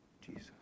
Jesus